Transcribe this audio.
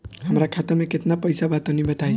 हमरा खाता मे केतना पईसा बा तनि बताईं?